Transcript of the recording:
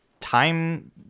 Time